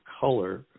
color